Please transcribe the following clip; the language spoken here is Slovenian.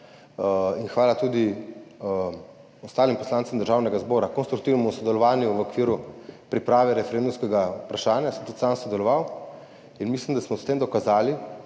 in hvala tudi ostalim poslancem Državnega zbora za konstruktivno sodelovanje v okviru priprave referendumskega vprašanja. Tudi sam sem pri tem sodeloval in mislim, da smo s tem dokazali,